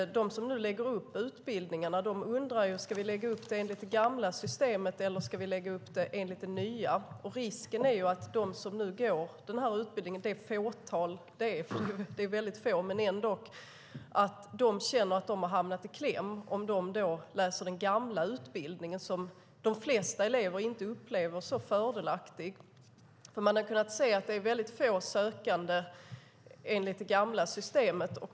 De som nu lägger upp utbildningarna undrar ju om de ska göra det enligt det gamla systemet eller det nya. Risken är att det fåtal som går den här utbildningen - de är väldigt få, men ändock - känner att de har kommit i kläm om de nu läser den gamla utbildningen, som de flesta elever inte upplever som lika fördelaktig. Man har kunnat se att det är väldigt få sökande enligt det gamla systemet.